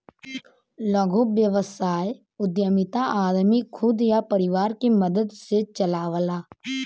लघु व्यवसाय उद्यमिता आदमी खुद या परिवार के मदद से चलावला